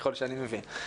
ככל שאני מבין.